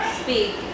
speak